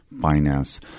finance